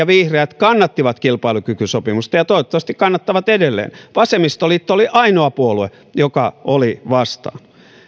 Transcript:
vihreät kannattivat kilpailukykysopimusta ja toivottavasti kannattavat edelleen vasemmistoliitto oli ainoa puolue joka oli vastaan